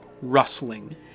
rustling